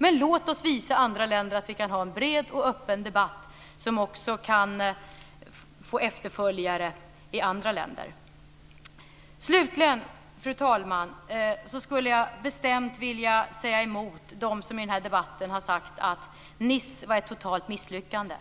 Men låt oss visa andra länder att vi kan ha en bred och öppen debatt som också kan få efterföljare i andra länder. Slutligen, fru talman, skulle jag bestämt vilja säga emot dem som i den här debatten har sagt att Nice var ett totalt misslyckande.